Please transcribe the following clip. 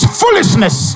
foolishness